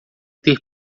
ter